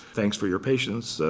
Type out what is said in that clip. thanks for your patience.